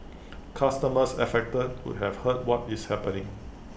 customers affected would have heard what is happening